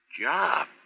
Job